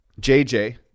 JJ